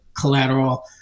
collateral